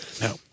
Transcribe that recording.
No